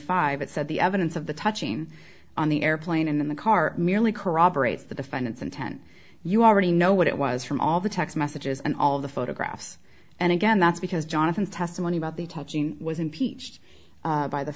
five it said the evidence of the touching on the airplane in the car merely corroborates the defendant's intent you already know what it was from all the text messages and all the photographs and again that's because jonathan testimony about the touching was impeached by the